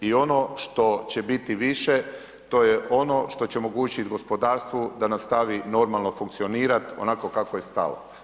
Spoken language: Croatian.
I ono što će biti više, to je ono što će omogućit gospodarstvu da nastavi normalno funkcionirat onako kako je stalo.